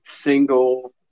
single